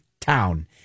town